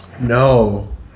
No